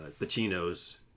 Pacino's